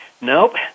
Nope